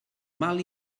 mal